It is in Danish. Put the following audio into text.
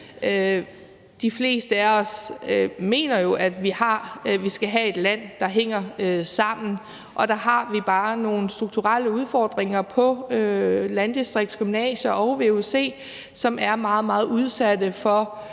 De fleste af os mener jo, at vi skal have et land, der hænger sammen, og der har vi bare nogle strukturelle udfordringer i forhold til landdistriktsgymnasier og vuc. De er meget, meget